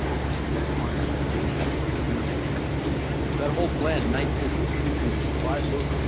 bishop takes pawns amazing i mean that whole plan knight to c six and d five those